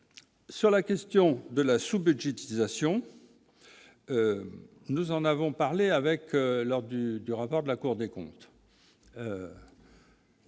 sur la question de la sous-budgétisation, nous en avons parlé avec lors du du rapport de la Cour des comptes.